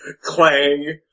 Clang